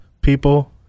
people